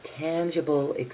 tangible